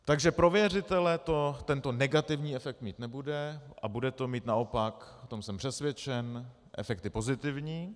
Takže pro věřitele to tento negativní efekt mít nebude a bude to mít naopak, o tom jsem přesvědčen, efekty pozitivní.